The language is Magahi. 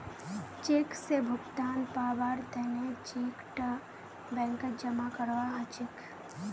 चेक स भुगतान पाबार तने चेक टा बैंकत जमा करवा हछेक